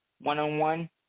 one-on-one